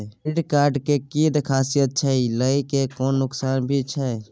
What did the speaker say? Credit card के कि खासियत छै, लय में कोनो नुकसान भी छै?